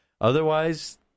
Otherwise